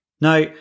Now